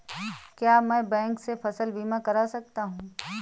क्या मैं बैंक से फसल बीमा करा सकता हूँ?